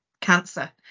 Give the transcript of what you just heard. cancer